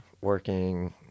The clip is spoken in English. working